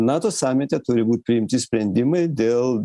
nato samite turi būt priimti sprendimai dėl